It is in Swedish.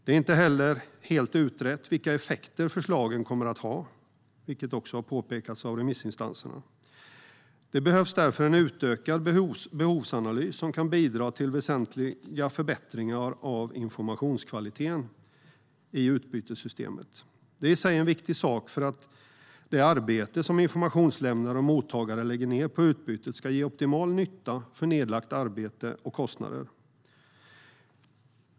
Det är inte heller helt utrett vilka effekter förslagen kommer att ha, vilket också har påpekats av remissinstanserna. Det behövs därför en utökad behovsanalys som kan bidra till väsentliga förbättringar av informationskvaliteten i utbytessystemet. Det är i sig en viktig sak för att det arbete som informationslämnare och mottagare lägger ned på utbytet ska ge optimal nytta för nedlagt arbete och kostnader.